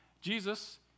Jesus